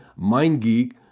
MindGeek